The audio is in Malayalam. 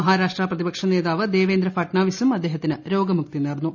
മഹാരാഷ്ട്ര പ്രതിപക്ഷനേതാവ് ദ്ദേഖ്ന്ദ്ര ഫഡ്നാവിസും അദ്ദേഹത്തിന് രോഗമുക്തി നേർന്നു